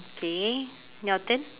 okay your turn